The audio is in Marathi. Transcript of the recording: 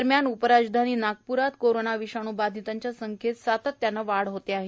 दरम्यान उपराजधानीत कोरोना विषाणू बाधितांच्या सांख्येत सातत्याने वाढ होते आहे